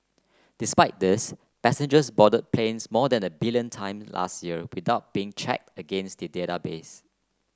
despite this passengers boarded planes more than a billion time last year without being check against the database